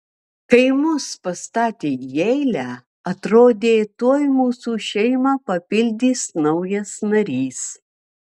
kai mus pastatė į eilę atrodė tuoj mūsų šeimą papildys naujas narys